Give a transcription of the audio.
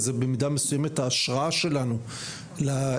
אז זה במידה מסוימת ההשראה שלנו להיבט